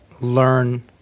learn